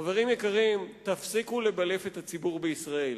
חברים יקרים, תפסיקו לבלף לציבור בישראל.